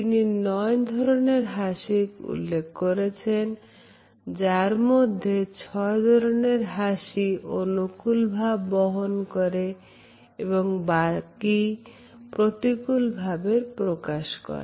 তিনি 9 ধরনের হাসির উল্লেখ করেছেন যার মধ্যে 6 ধরনের হাসি অনুকূল ভাব বহন করে এবং বাকি প্রতিকূল ভাবনার প্রকাশ করে